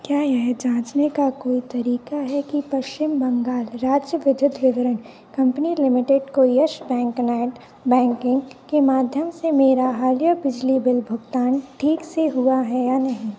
क्या यह जाँचने का कोई तरीका है कि पश्चिम बंगाल राज्य विद्युत वितरण कंपनी लिमिटेड को यस बैंक नेट बैंकिंग के माध्यम से मेरा हालिया बिजली बिल भुगतान ठीक से हुआ है या नहीं